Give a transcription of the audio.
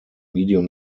medium